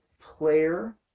player